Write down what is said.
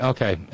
Okay